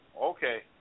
okay